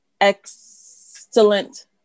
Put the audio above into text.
excellent